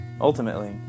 Ultimately